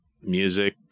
music